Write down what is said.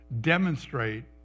demonstrate